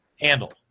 handle